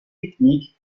techniques